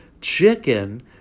chicken